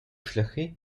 шляхи